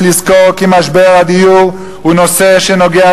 יש לזכור כי משבר הדיור הוא נושא שנוגע